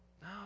No